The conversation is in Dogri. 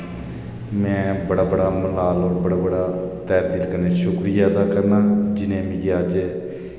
मैं बड़ा बड़ा मलाल और बड़ा बड़ा तै दिल कन्नै शुक्रिया अदा करना जिनें मिकी अज्ज